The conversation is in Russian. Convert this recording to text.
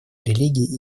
религии